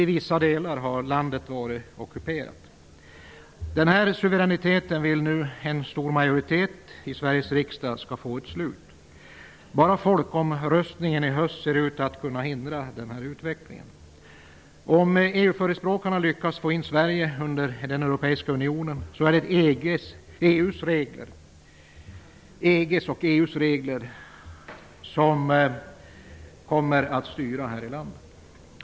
Landet har bara varit ockuperat till vissa delar. En stor majoritet i Sveriges riksdag vill nu att den här suveräniteten skall få ett slut. Det är bara folkomröstningen i höst som ser ut att kunna hindra den här utvecklingen. Om EU-förespråkarna lyckas få in Sverige i Europeiska unionen är det EG:s och EU:s regler som kommer att styra här i landet.